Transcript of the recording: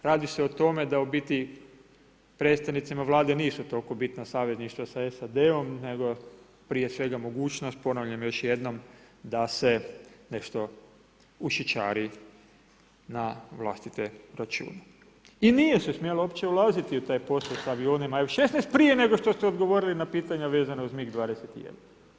Naravno, radi se o tome, da u biti predstavnicima Vlade nisu toliko bitna savjetništva sa SAD-om nego prije svega mogućnost, ponavljam još jednom, da se nešto ušičari na vlastite račune i nije se smjelo uopće ulaziti u taj posao sa avionima, jer 16 prije nego što ste odgovorili na pitanja vezano uz MIG 21.